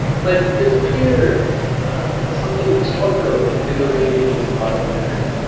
but there's a clear something historical in the way these are organized.